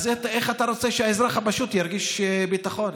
איך אתה רוצה שהאזרח הפשוט ירגיש ביטחון,